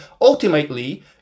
ultimately